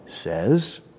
says